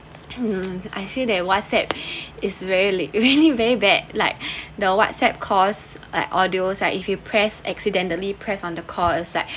um I feel that whatsapp is really really very bad like the whatsapp calls like audios like if you press accidentally press on the call is like